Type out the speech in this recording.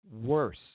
worse